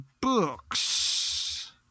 books